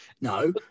No